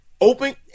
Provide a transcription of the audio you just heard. open